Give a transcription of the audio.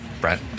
Brett